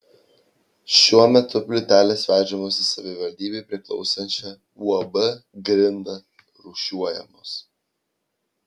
šiuo metu plytelės vežamos į savivaldybei priklausančią uab grinda rūšiuojamos